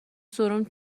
سرم